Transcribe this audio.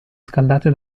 scaldate